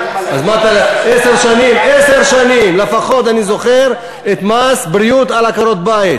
עשר שנים לפחות אני זוכר מס בריאות על עקרות-בית,